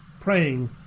praying